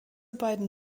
beiden